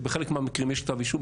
שבחלק מהמקרים יש כתב אישום,